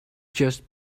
just